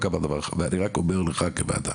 אני רק אומר לך כוועדה,